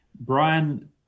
Brian